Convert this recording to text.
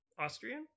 austrian